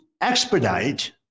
expedite